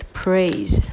praise